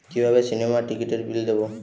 কিভাবে সিনেমার টিকিটের বিল দেবো?